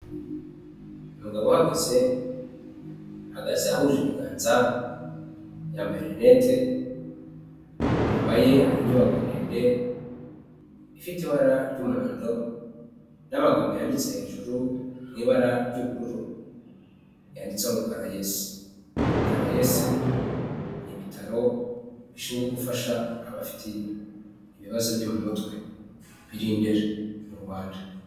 Umugabo uhagaze, ahagaze ahuje ibiganza, yambaye rinete, inyuma ye hari inyubako ndende ifite ibara ry'umuhondo n'amagambo yanditse hejuru mu ibara ry'ubururu; yanditseho CARAES. CARAES ni ibitaro bishinzwe gufasha abafite ibibazo byo mu mutwe, biri i Ndera mu Rwanda.